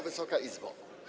Wysoka Izbo!